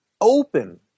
open